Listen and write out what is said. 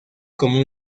común